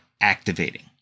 activating